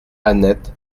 annette